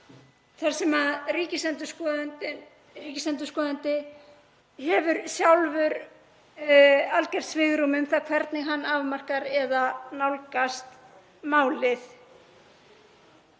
þar sem ríkisendurskoðandi hefur sjálfur mjög gott svigrúm um það hvernig hann afmarkar eða nálgast málið.